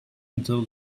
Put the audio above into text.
until